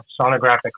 sonographic